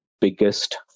biggest